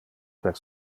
per